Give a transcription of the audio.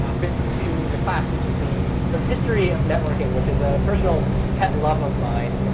ah bits to the class, which is the so history of networking, which is a personal pet love of mine.